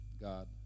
God